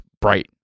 bright